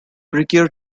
brigadier